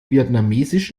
vietnamesisch